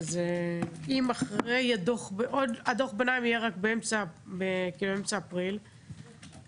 אבל אם דוח הביניים יהיה רק באמצע אפריל,